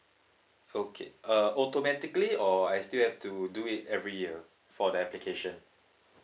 okay uh automatically or I still have to do it every year for the application